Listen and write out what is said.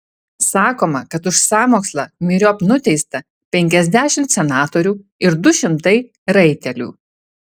sakoma kad už sąmokslą myriop nuteista penkiasdešimt senatorių ir du šimtai raitelių